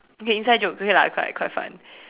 okay inside jokes okay lah quite quite fun